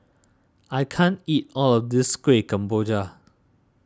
I can't eat all of this Kueh Kemboja